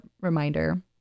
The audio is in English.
reminder